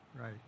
Right